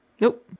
Nope